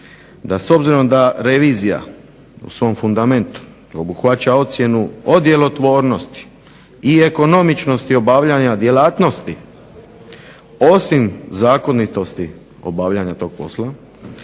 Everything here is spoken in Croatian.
da s obzirom da revizija u svom fundamentu obuhvaća ocjenu o djelotvornosti i ekonomičnosti obavljanja djelatnosti, osim zakonitosti obavljanja tog posla,